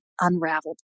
unraveled